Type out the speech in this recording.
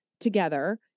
together